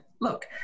look